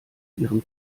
ihrem